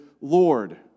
Lord